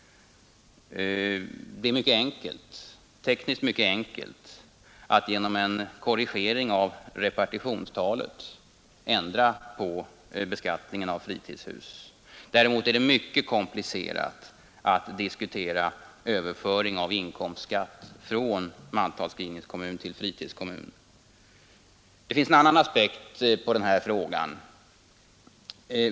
Det är mycket enkelt att genom en korrigering av repartitionstalet ändra på beskattningen av fritidshus. Däremot är det mycket komplicerat att åstadkomma en överföring av inkomstskatt från mantalsskrivningskommun till fritidskommun. Det finns en annan aspekt på den här frågan.